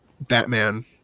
Batman